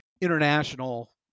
international